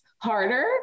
harder